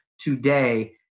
today